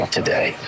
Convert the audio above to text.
today